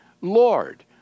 Lord